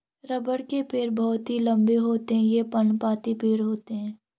रबड़ के पेड़ बहुत ही लंबे होते हैं ये पर्णपाती पेड़ होते है